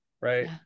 Right